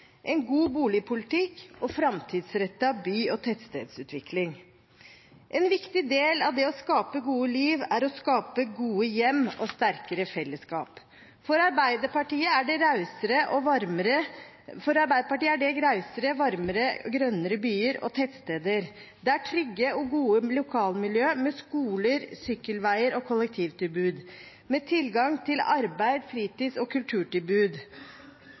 en god boligpolitikk og en framtidsrettet by- og tettstedsutvikling. En viktig del av det å skape gode liv er å skape gode hjem og sterkere fellesskap. For Arbeiderpartiet er det rausere, varmere og grønnere byer og tettsteder, det er trygge og gode lokalmiljø med skoler, sykkelveier og kollektivtilbud, med tilgang til arbeid og fritids- og kulturtilbud,